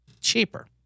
cheaper